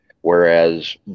Whereas